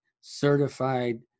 certified